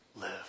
Live